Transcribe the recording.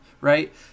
right